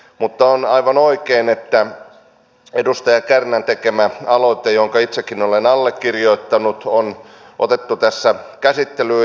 mutta on aivan oikein että edustaja kärnän tekemä aloite jonka itsekin olen allekirjoittanut on otettu tässä käsittelyyn